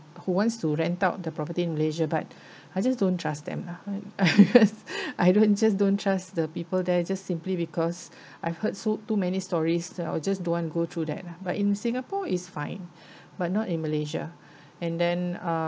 who wants to rent out the property in malaysia but I just don't trust them lah I don't just don't trust the people there just simply because I've heard so too many stories that I just don't want go through that lah but in singapore it's fine but not in malaysia and then uh